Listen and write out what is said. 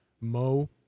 Mo